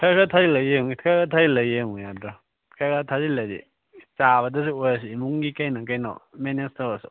ꯈꯔ ꯈꯔ ꯊꯥꯖꯤꯜꯂ ꯌꯦꯡꯉꯨ ꯈꯔ ꯈꯔ ꯊꯥꯖꯤꯜꯂ ꯌꯦꯡꯉꯨ ꯌꯥꯗ꯭ꯔꯣ ꯈꯔ ꯈꯔ ꯊꯥꯖꯤꯜꯂꯗꯤ ꯆꯥꯕꯗꯗ ꯑꯣꯏꯔꯁꯨ ꯏꯃꯨꯡꯒꯤ ꯀꯩꯅꯣ ꯀꯩꯅꯣ ꯃꯦꯅꯦꯁ ꯇꯧꯔꯁꯨ